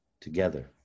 together